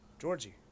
Georgie